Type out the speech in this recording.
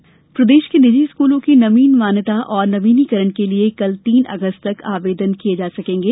school मान्यता प्रदेश के निजी स्कूलों की नवीन मान्यता और नवीनीकरण के लिये कल तीन अगस्त तक आवेदन किये जा सकेंगे